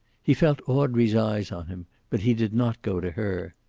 he felt audrey's eyes on him, but he did not go to her.